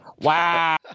Wow